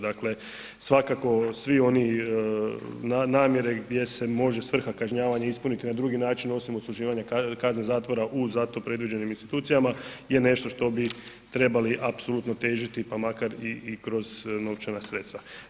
Dakle, svakako svi oni namjere gdje se može svrha kažnjavanja ispuniti na drugi način osim odsluživanja kazne zatvora u za to predviđenim institucijama je nešto što bi trebali apsolutno težiti pa makar i kroz novčana sredstva.